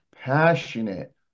passionate